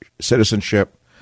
citizenship